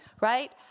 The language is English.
Right